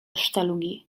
sztalugi